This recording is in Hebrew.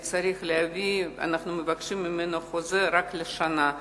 אנחנו מבקשים ממנו חוזה רק לשנה.